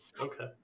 Okay